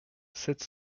sept